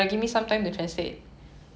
it's late it's late